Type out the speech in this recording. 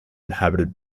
inhabited